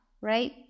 right